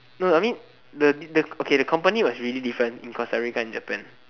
no no I mean the the the okay the company was really different in Costa-Rica and Japan